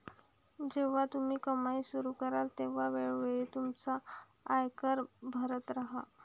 जेव्हा तुम्ही कमाई सुरू कराल तेव्हा वेळोवेळी तुमचा आयकर भरत राहा